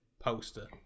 poster